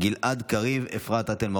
גלעד קריב ואפרת רייטן מרום.